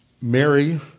Mary